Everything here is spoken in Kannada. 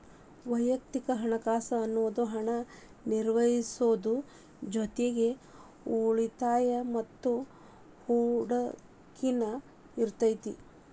ವಯಕ್ತಿಕ ಹಣಕಾಸ್ ಅನ್ನುದು ಹಣನ ನಿರ್ವಹಿಸೋದ್ರ್ ಜೊತಿಗಿ ಉಳಿತಾಯ ಮತ್ತ ಹೂಡಕಿನು ಇರತೈತಿ